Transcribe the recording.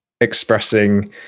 expressing